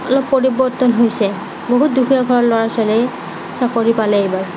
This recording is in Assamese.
অলপ পৰিৱৰ্তন হৈছে বহুত দুখীয়া ঘৰৰ ল'ৰা ছোৱালীয়ে চাকৰি পালে এইবাৰ